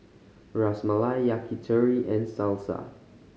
Ras Malai Yakitori and Salsa